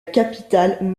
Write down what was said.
capitale